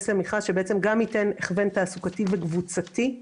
למכרז שגם ייתן הכוון תעסוקתי וקבוצתי.